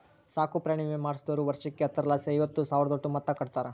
ಸಾಕುಪ್ರಾಣಿ ವಿಮೆ ಮಾಡಿಸ್ದೋರು ವರ್ಷುಕ್ಕ ಹತ್ತರಲಾಸಿ ಐವತ್ತು ಸಾವ್ರುದೋಟು ಮೊತ್ತ ಕಟ್ಟುತಾರ